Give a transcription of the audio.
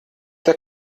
der